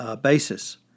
basis